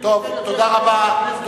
תודה רבה.